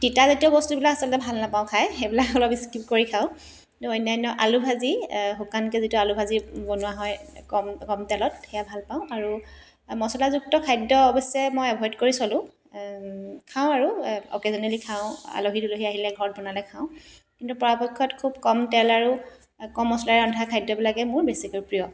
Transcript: তিতাজাতীয় বস্তুবিলাক আচলতে ভাল নাপাওঁ খাই সেইবিলাক অলপ স্কিপ কৰি খাওঁ অন্যান্য আলু ভাজি শুকানকৈ যিটো আলু ভাজি বনোৱা হয় কম কম তেলত সেয়া ভাল পাওঁ আৰু মছলাযুক্ত খাদ্য অৱশ্যে মই এভইড কৰি চলোঁ খাওঁ আৰু অ'কেজনেলি খাওঁ আলহী দুলহী আহিলে ঘৰত বনালে খাওঁ কিন্তু পৰাপক্ষত খুব কম তেল আৰু কম মছলাৰে ৰন্ধা খাদ্যবিলাকে মোৰ বেছিকৈ প্ৰিয়